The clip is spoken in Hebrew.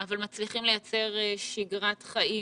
אבל מצליחים לייצר שגרת חיים